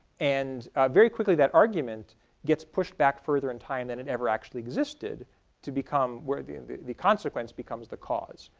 and very quickly that argument gets pushed back further in time than and ever actually existed to become where the the consequence becomes the cause,